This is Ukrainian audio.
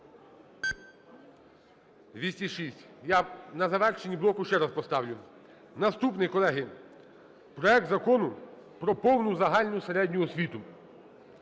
За-206 Я на завершенні блоку ще раз поставлю. Наступний, колеги: проект Закону про повну загальну середню освіту.